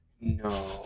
No